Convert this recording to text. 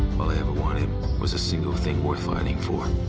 all i ever wanted was a single thing worth fighting for.